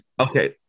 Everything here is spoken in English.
Okay